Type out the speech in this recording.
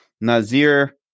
Nazir